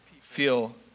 feel